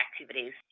activities